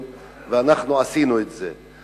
ואנחנו עשינו את זה.